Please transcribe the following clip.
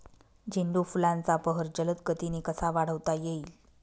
झेंडू फुलांचा बहर जलद गतीने कसा वाढवता येईल?